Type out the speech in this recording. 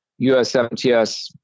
USMTS